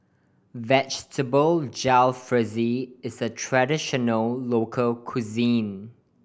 Vegetable Jalfrezi is a traditional local cuisine